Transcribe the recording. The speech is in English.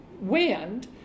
wind